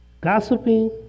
Gossiping